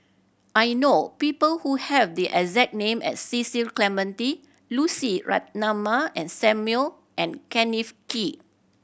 I know people who have the exact name as Cecil Clementi Lucy Ratnammah and Samuel and Kenneth Kee